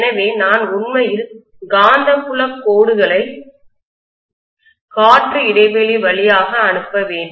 எனவே நான் உண்மையில் காந்தப்புலக் கோடுகளை காற்று இடைவெளி வழியாக அனுப்ப வேண்டும்